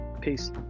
Peace